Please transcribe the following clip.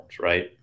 right